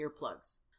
earplugs